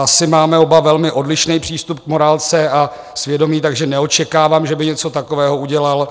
Asi máme oba velmi odlišný přístup k morálce a svědomí, takže neočekávám, že by něco takového udělal.